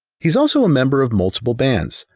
he's also a member of multiple bands,